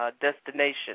destination